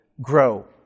grow